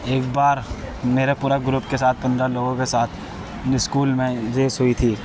ایک بار میرا پورا گروپ کے ساتھ پندرہ لوگوں کے ساتھ اسکول میں ریس ہوئی تھی